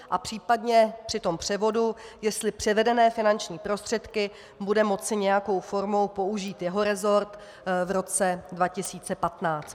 A případně při tom převodu jestli převedené finanční prostředky bude moci nějakou formou použít jeho resort v roce 2015.